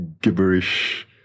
gibberish